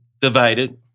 divided